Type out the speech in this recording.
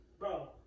Bro